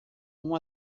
uma